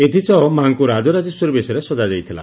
ଏଥିସହ ମାଙ୍କୁ ରାଜରାଜେଶ୍ୱରୀ ବେଶରେ ସଜା ଯାଇଥିଲା